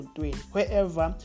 wherever